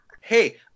Hey